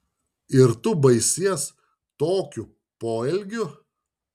ir tu baisies tokiu poelgiu